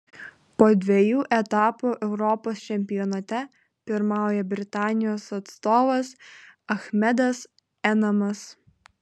po dviejų etapų europos čempionate pirmauja britanijos atstovas achmedas enamas